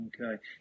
Okay